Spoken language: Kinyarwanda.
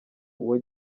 uwo